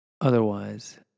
otherwise